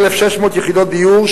1,600 יחידות דיור,